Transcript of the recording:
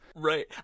right